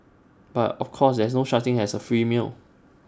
but of course there is no such thing as A free meal